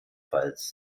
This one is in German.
ggf